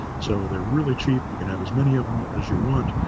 so, they're really cheap, you can have as many of them as you want.